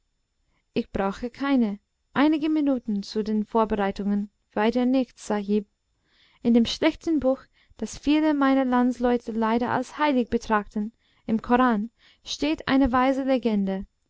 ich brauche keine einige minuten zu den vorbereitungen weiter nichts sahib in dem schlechten buch daß viele meiner landsleute leider als heilig betrachten im koran steht eine weise legende